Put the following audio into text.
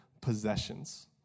possessions